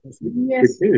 Yes